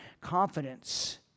confidence